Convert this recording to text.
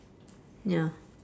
ya